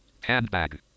Handbag